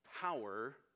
power